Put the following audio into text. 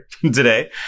today